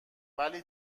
ولی